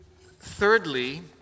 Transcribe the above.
thirdly